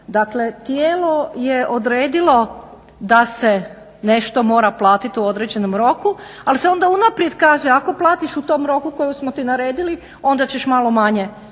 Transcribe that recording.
dakle tijelo je odredilo da se nešto mora platiti u određenom roku, al se onda unaprijed kaže ako platiš u tom roku u kojem smo ti naredili, onda ću ti malo manje